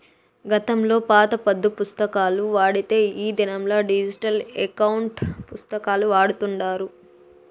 గతంలో పాత పద్దు పుస్తకాలు వాడితే ఈ దినంలా డిజిటల్ ఎకౌంటు పుస్తకాలు వాడతాండారు